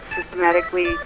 systematically